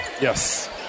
Yes